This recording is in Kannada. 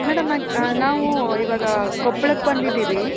ಮೇಡಮ್ ನಾವೂ ಇವಾಗ ಕೊಪ್ಳಕ್ಕೆ ಬಂದಿದ್ದೀವಿ